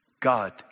God